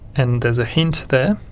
and there's a hint there